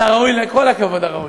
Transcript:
אתה ראוי לכל הכבוד הראוי.